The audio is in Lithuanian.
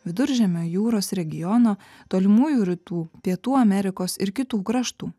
viduržemio jūros regiono tolimųjų rytų pietų amerikos ir kitų kraštų